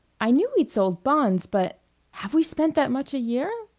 i knew we'd sold bonds, but have we spent that much a year?